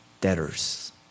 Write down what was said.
debtors